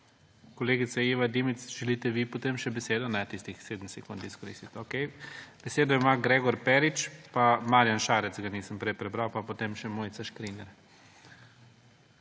Kolegica Iva Dimic, želite še vi potem besedo in tistih 7 sekund izkoristiti? Ne. Okej. Besedo ima Gregor Perič pa Marjan Šarec, ga nisem prej prebral, potem še Mojca Škrinjar.